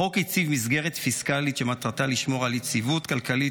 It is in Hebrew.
החוק הציב מסגרת פיסקלית שמטרתה לשמור על יציבות כלכלית